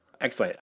Excellent